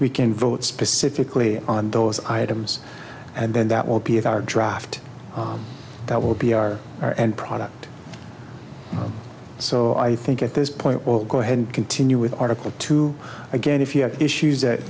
we can vote specifically on those items and then that will be of our draft that will be our end product so i think at this point or go ahead and continue with article two again if you have issues that